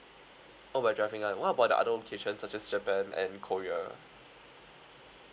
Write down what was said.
oh by driving ah what about the other locations such as japan and korea